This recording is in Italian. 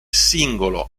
singolo